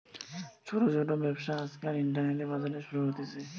ছোট ছোট ব্যবসা আজকাল ইন্টারনেটে, বাজারে শুরু হতিছে